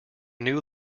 new